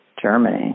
Germany